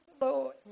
Lord